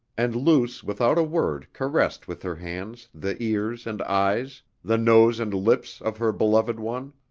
and luce without a word caressed with her hands the ears and eyes, the nose and lips of her beloved one.